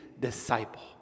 disciple